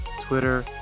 Twitter